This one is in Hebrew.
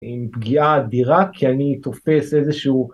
עם פגיעה אדירה כי אני תופס איזשהו